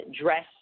dress